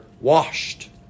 washed